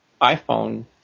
iPhone